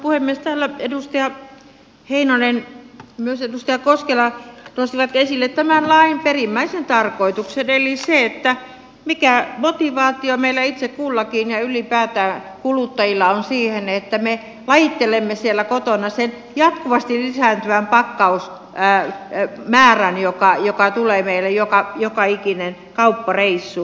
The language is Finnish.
täällä edustaja heinonen ja myös edustaja koskela nostivat esille tämän lain perimmäisen tarkoituksen eli sen mikä motivaatio meillä itse kullakin ja ylipäätään kuluttajilla on siihen että me lajittelemme siellä kotona sen jatkuvasti lisääntyvän pakkausmäärän joka tulee meille joka ikinen kauppareissu